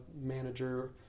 manager